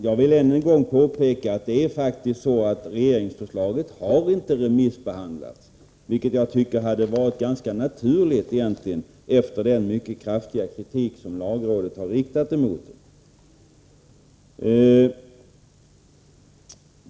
Jag vill då än en gång påpeka att regeringsförslaget faktiskt inte har remissbehandlats, vilket jag tycker hade varit ganska naturligt efter den mycket kraftiga kritik som lagrådet har riktat emot det.